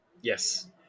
Yes